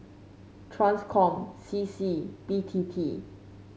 Transcom C C B T T